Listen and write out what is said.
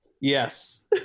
Yes